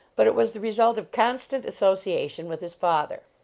but it was the result of constant association with his father.